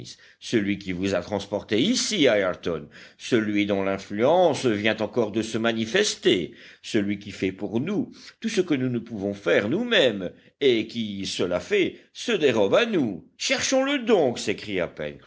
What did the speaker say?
celui qui vous a transporté ici ayrton celui dont l'influence vient encore de se manifester celui qui fait pour nous tout ce que nous ne pouvons faire nous-mêmes et qui cela fait se dérobe à nous cherchons le donc s'écria